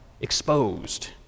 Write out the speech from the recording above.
Exposed